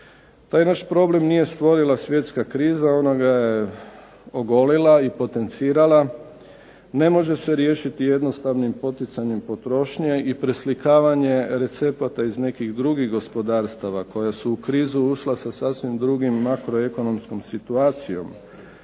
Taj naš problem nije stvorila svjetska kriza, ona ga je ogolila i potencirala. Ne može se riješiti jednostavnim poticanjem potrošnje i preslikavanje recepata iz nekih drugih gospodarstava koja su u krizu ušla sa sasvim drugom makroekonomskom situacijom